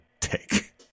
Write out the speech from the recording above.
take